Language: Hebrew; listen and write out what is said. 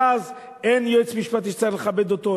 ואז אין יועץ משפטי שצריך לכבד אותו,